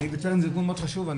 'בטרם' זה ארגון מאוד חשוב,